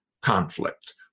conflict